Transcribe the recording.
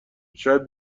شاید